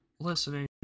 listening